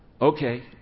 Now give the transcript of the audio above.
Okay